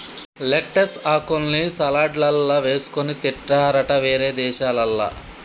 lettuce ఆకుల్ని సలాడ్లల్ల వేసుకొని తింటారట వేరే దేశాలల్ల